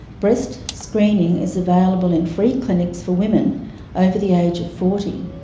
breast screening is available in free clinics for women over the age of forty.